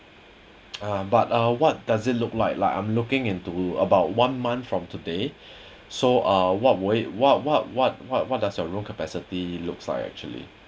ah but uh what does it look like like I'm looking into about one month from today so uh what wait what what what what what does your room capacity looks like actually